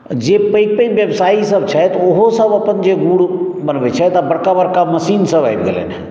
जे पैघ पैघ व्यवसायी सभ छथि ओहो सभ अपन जे गुड़ बनबै छथि तऽ बड़का बड़का मशीन सभ आबि गेलनि हँ